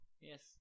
Yes